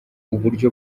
uburyo